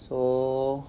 so